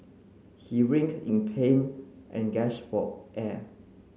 he in pain and for air